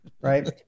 Right